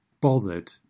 bothered